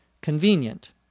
convenient